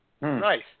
Nice